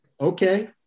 okay